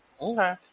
Okay